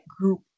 group